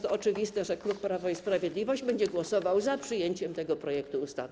To oczywiste, że klub Prawo i Sprawiedliwość będzie głosował za przyjęciem tego projektu ustawy.